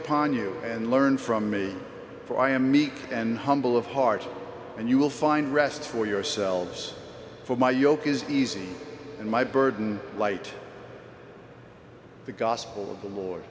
upon you and learn from me for i am meek and humble of heart and you will find rest for yourselves for my yoke is easy and my burden light the gospel of the lord